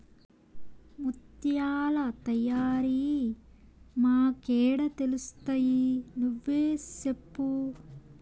ముత్యాల తయారీ మాకేడ తెలుస్తయి నువ్వే సెప్పు